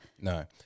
No